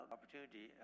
Opportunity